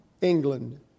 England